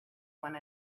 one